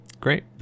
Great